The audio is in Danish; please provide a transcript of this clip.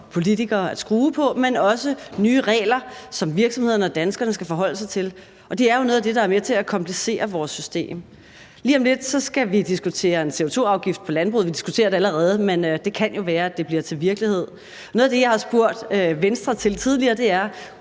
politikere at dreje på, men også nye regler, som virksomhederne og danskerne skal forholde sig til, og det er jo noget af det, der er med til at komplicere vores system. Lige om lidt skal vi diskutere en CO2-afgift for landbruget. Vi diskuterer det allerede, men det kan jo være, at det bliver til virkelighed. Noget af det, jeg har spurgt Venstre til tidligere, er: